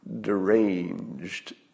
deranged